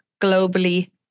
globally